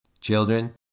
Children